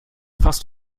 fast